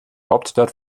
hauptstadt